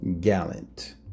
gallant